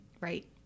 right